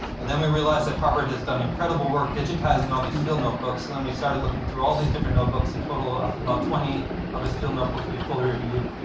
then we realized that harvard has done incredible work digitizing all these field notebooks. so and then we started looking through all these different notebooks. in total, i think about twenty of his field notebooks we've fully reviewed.